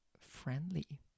friendly